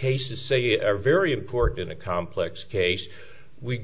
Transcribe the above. cases say a very important and complex case we